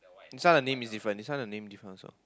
this one the name is different this one the name different also